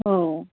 हो